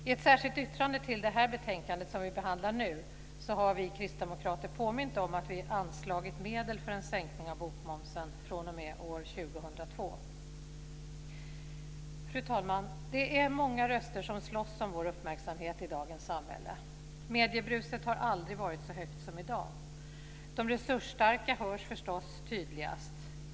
I ett särskilt yttrande till det här betänkandet som vi behandlar nu har vi kristdemokrater påmint om att vi anslagit medel för en sänkning av bokmomsen fr.o.m. år 2002. Fru talman! Det är många röster som slåss om vår uppmärksamhet i dagens samhälle. Mediebruset har aldrig varit så högt som i dag. De resursstarka hörs förstås tydligast.